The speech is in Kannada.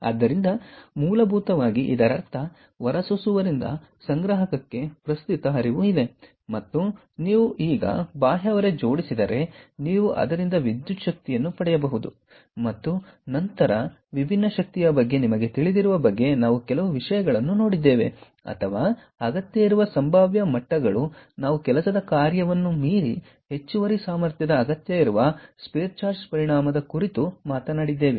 ಆದ್ದರಿಂದ ಮೂಲಭೂತವಾಗಿ ಇದರರ್ಥ ಹೊರಸೂಸುವವರಿಂದ ಸಂಗ್ರಾಹಕಕ್ಕೆ ಪ್ರಸ್ತುತ ಹರಿವು ಇದೆ ಮತ್ತು ನೀವು ಈಗ ಬಾಹ್ಯ ಹೊರೆ ಜೋಡಿಸಿದರೆ ನೀವು ಅದರಿಂದ ವಿದ್ಯುತ್ ಶಕ್ತಿಯನ್ನು ಪಡೆಯಬಹುದು ಮತ್ತು ನಂತರ ವಿಭಿನ್ನ ಶಕ್ತಿಯ ಬಗ್ಗೆ ನಿಮಗೆ ತಿಳಿದಿರುವ ಬಗ್ಗೆ ನಾವು ಕೆಲವು ವಿಷಯಗಳನ್ನು ನೋಡಿದ್ದೇವೆ ಅಥವಾ ಅಗತ್ಯವಿರುವ ಸಂಭಾವ್ಯ ಮಟ್ಟಗಳು ನಾವು ಕೆಲಸದ ಕಾರ್ಯವನ್ನು ಮೀರಿ ಹೆಚ್ಚುವರಿ ಸಾಮರ್ಥ್ಯದ ಅಗತ್ಯವಿರುವ ಸ್ಪೇಸ್ ಚಾರ್ಜ್ ಪರಿಣಾಮದ ಕುರಿತು ಮಾತನಾಡಿದ್ದೇವೆ